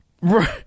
Right